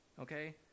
okay